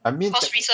I mean